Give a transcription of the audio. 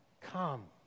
Come